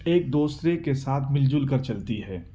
ایک دوسرے کے ساتھ مل جل کر چلتی ہے